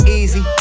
easy